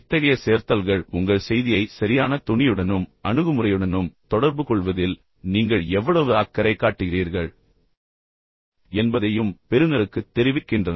இத்தகைய சேர்த்தல்கள் உங்கள் செய்தியை சரியான தொனியுடனும் அணுகுமுறையுடனும் தொடர்புகொள்வதில் நீங்கள் எவ்வளவு அக்கறை காட்டுகிறீர்கள் என்பதையும் பெறுநருக்குத் தெரிவிக்கின்றன